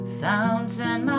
fountain